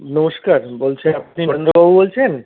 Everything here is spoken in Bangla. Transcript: নমস্কার বলছি আপনি অরিন্দমবাবু বলছেন